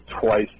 twice